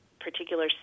particular